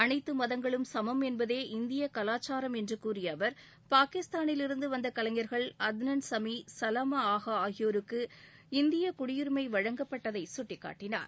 அனைத்து மதங்களும் சுமம் என்பதே இந்திய கலாச்சாரம் என்று கூறிய அவர் பாகிஸ்தானிலிருந்து வந்த கலைஞர்கள் அத்னன் சமி சலமா ஆகா ஆகியோருக்கு இந்திய குடியுரிமை வழங்கப்பட்டதை சுட்டிக்காட்டினார்